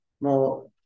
more